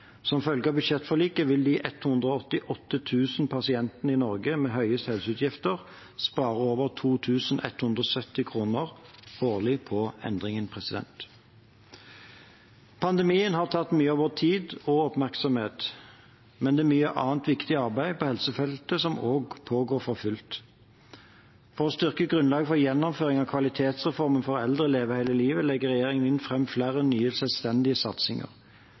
Som følge av budsjettforliket vil de 188 000 pasientene i Norge med høyest helseutgifter spare over 2 170 kr årlig på endringen. Pandemien har tatt mye av vår tid og oppmerksomhet, men det er mye annet viktig arbeid på helsefeltet som pågår for fullt. For å styrke grunnlaget for gjennomføring av kvalitetsreformen for eldre, Leve hele livet, legger regjeringen fram flere nye selvstendige satsinger,